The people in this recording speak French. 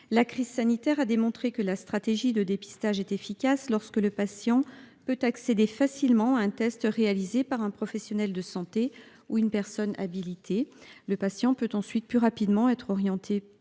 La crise sanitaire a démontré que la stratégie de dépistage est efficace lorsque le patient peut accéder facilement à un test réalisé par un professionnel de santé ou une personne habilitée. Le patient peut ensuite plus rapidement être orienté